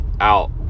out